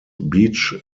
beach